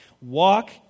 walk